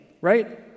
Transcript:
right